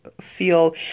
feel